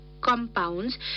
compounds